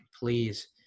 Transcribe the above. please